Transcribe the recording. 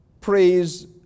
Praise